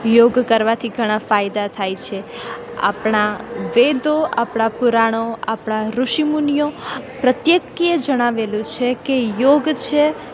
યોગ કરવાથી ઘણા ફાયદા થાય છે આપણા વેદો આપણા પુરાણો આપણા ઋષિ મુનિઓ પ્રત્યેક એ જણાવેલું છે કે યોગ છે